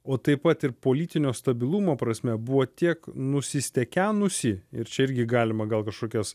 o taip pat ir politinio stabilumo prasme buvo tiek nusistekenusi ir čia irgi galima gal kažkokias